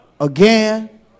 again